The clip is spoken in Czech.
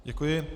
Děkuji.